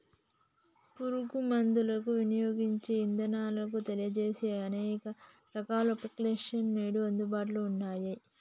పురుగు మందులను వినియోగించే ఇదానాలను తెలియజేసే అనేక రకాల అప్లికేషన్స్ నేడు అందుబాటులో ఉన్నయ్యి